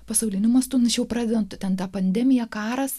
pasauliniu mastu našiau pradedant būtent ta pandemija karas